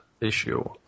issue